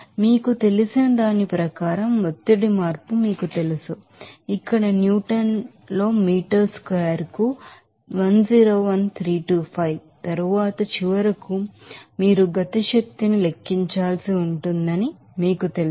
కాబట్టి మీకు తెలిసిన దాని ప్రకారం ప్రెషర్ చేంజ్ తెలుసు ఇక్కడ న్యూటన్ లో మీటర్ స్క్వేర్ కు 101325 తరువాత చివరకు మీరు కైనెటిక్ ఎనెర్జిని లెక్కించాల్సి ఉంటుందని మీకు తెలుసు